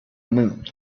moon